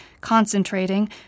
concentrating